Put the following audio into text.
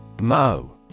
Mo